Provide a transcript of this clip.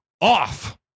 off